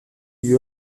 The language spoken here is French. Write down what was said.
lui